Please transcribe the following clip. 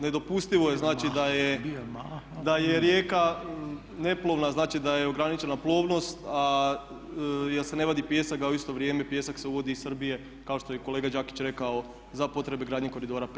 Nedopustivo je znači da je rijeka neplovna, znači da je ograničena plovnost jer se ne vadi pijesak a u isto vrijeme pijesak se uvozi iz Srbije kao što je i kolega Đakić rekao za potrebe gradnje Koridora VC.